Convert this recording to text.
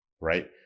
right